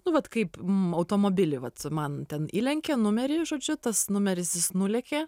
nu vat kaip m automobilį vat man ten įlenkė numerį žodžiu tas numeris jis nulekė